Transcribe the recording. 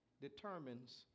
determines